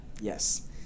Yes